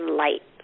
light